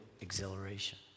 exhilaration